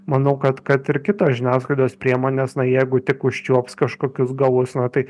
manau kad kad ir kitos žiniasklaidos priemonės na jeigu tik užčiuops kažkokius galus na tai